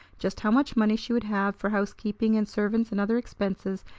just how much money she would have for housekeeping and servants and other expenses,